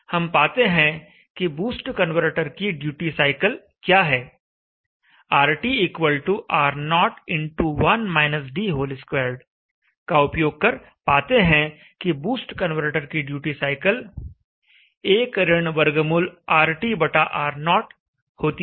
हम पाते हैं कि बूस्ट कन्वर्टर की ड्यूटी साइकिल क्या है RTR02 का उपयोग कर पाते हैं कि बूस्ट कन्वर्टर की ड्यूटी साइकिल 1 वर्गमूलRTR0 होती है